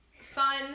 fun